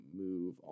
move